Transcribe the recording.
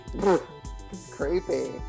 Creepy